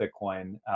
Bitcoin